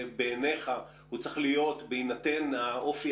בעיניך הוא צריך להיות בהינתן האופי